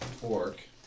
pork